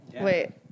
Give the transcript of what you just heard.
Wait